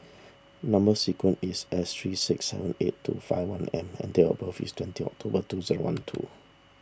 Number Sequence is S three six seven eight two five one M and date of birth is twenty October two zero one two